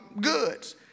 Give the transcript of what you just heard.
goods